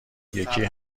یکی